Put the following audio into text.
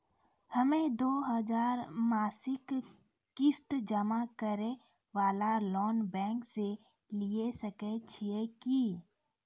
हम्मय दो हजार मासिक किस्त जमा करे वाला लोन बैंक से लिये सकय छियै की?